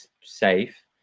safe